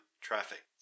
traffic